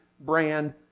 brand